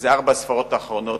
זה ארבע הספרות האחרונות